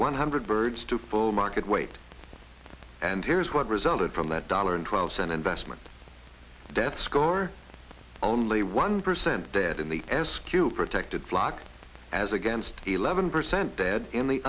one hundred birds to full market weight and here's what resulted from that dollar and twelve cent investment death score only one percent dead in the s q protected flock as against eleven percent dead